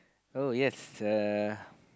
oh yes err